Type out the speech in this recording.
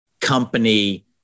company